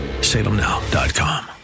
salemnow.com